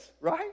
right